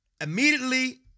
immediately